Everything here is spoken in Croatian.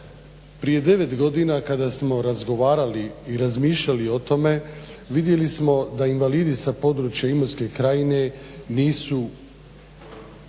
Prije 9 godina kada smo razgovarali i razmišljali o tome vidjeli smo da invalidi sa područja Imotske krajine nisu